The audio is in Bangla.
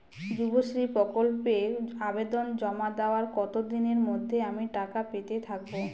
যুবশ্রী প্রকল্পে আবেদন জমা দেওয়ার কতদিনের মধ্যে আমি টাকা পেতে থাকব?